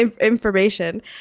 Information